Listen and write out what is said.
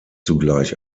zugleich